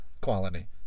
quality